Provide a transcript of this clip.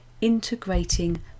integrating